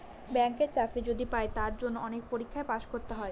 ব্যাঙ্কের চাকরি যদি পাই তার জন্য অনেক পরীক্ষায় পাস করতে হয়